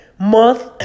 Month